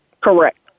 Correct